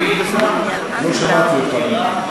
לא שמעתי אותך,